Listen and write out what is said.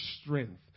strength